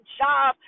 job